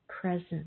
present